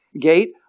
gate